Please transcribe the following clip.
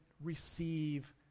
receive